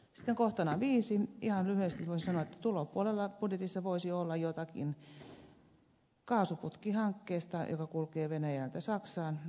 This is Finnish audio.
sitten kohtana viisi ihan lyhyesti voin sanoa että tulopuolella budjetissa voisi olla jotakin kaasuputkihankkeesta joka kulkee venäjältä saksaan